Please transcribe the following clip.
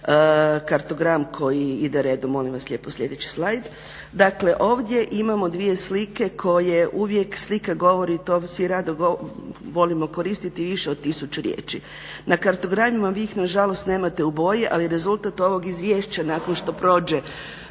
kartogram koji ide redom. Molim vas lijepo sljedeći slajd. Dakle, ovdje imamo 2 slike koje uvijek, slika govori, to svi rado volimo koristiti, više od tisuću riječi. Na kartogramima, vi ih nažalost nemate u boji, ali rezultat ovoga izvješća nakon što prođe